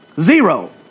Zero